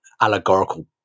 allegorical